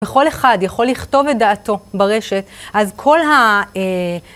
וכל אחד יכול לכתוב את דעתו ברשת, אז כל ה...